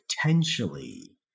potentially